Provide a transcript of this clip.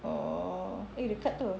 oh dekat tu